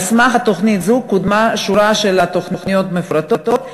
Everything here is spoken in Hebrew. על סמך תוכנית זו קודמה שורה של תוכניות מפורטות.